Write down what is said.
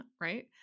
right